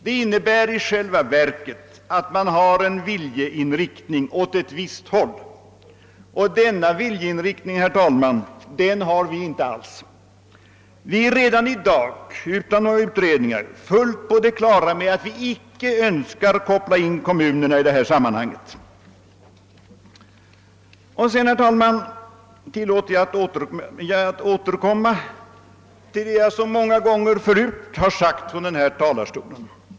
Det innebär i själva verket att man har en viljeinriktning åt ett visst håll. Någon sådan viljeinriktning, herr talman, har vi för vår del inte alls. Vi är redan i dag — utan några utredningar — fullt på det klara med att vi icke önskar koppla in kommunerna i detta sammanhang. Och sedan, herr talman, tillåter jag mig att återkomma till något som jag så många gånger förut sagt från denna talarstol.